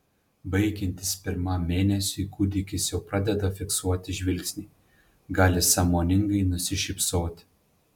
baigiantis pirmam mėnesiui kūdikis jau pradeda fiksuoti žvilgsnį gali sąmoningai nusišypsoti